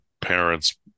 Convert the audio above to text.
parents